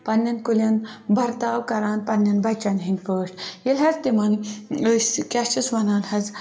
پَنٛنٮ۪ن کُلٮ۪ن برتاو کَران پَنٛنٮ۪ن بَچَن ہِنٛدۍ پٲٹھۍ ییٚلہِ حظ تِمَن أسۍ کیٛاہ چھِس وَنان حظ